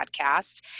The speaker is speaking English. podcast